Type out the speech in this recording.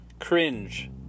Cringe